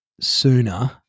sooner